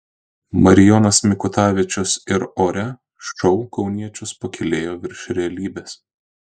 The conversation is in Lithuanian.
marijonas mikutavičius ir ore šou kauniečius pakylėjo virš realybės